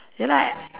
ya lah at